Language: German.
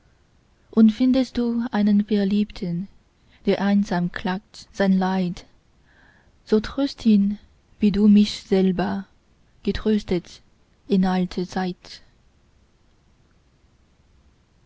und findest du einen verliebten der einsam klagt sein leid so tröst ihn wie du mich selber getröstet in alter zeit